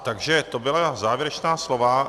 Takže to byla závěrečná slova.